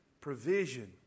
Provision